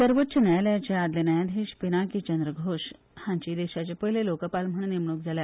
सर्वोच्च न्यायालयाचे आदले न्यायाधीश पिनाकी चंद्र घोष हांची देशाचे पयले लोकपाल म्हण नेमणूक जाल्या